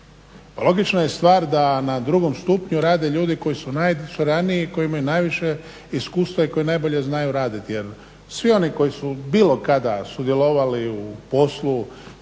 Pa logična je stvar da na drugom stupnju rade ljudi koji su …koji imaju najviše iskustva i koji najbolje znaju raditi jer svi oni koji su bilo kada sudjelovali u poslu